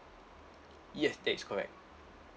yes that is correct